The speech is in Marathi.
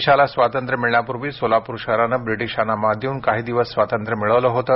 देशाला स्वातंत्र्य मिळण्यापूर्वी सोलापूर शहराने ब्रिटीशांना मात देऊन काही दिवस स्वातंत्र्य मिळवलं होतं